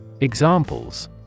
Examples